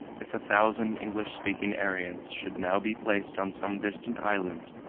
if a thousand english-speaking aryans should now be placed on some distant island,